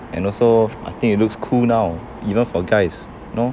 and also I think it looks cool now even for guys no